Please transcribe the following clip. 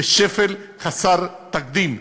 בשפל חסר תקדים.